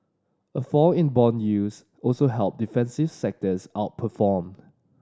a fall in bond yields also helped defensive sectors outperformed